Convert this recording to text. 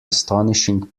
astonishing